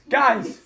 guys